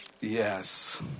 Yes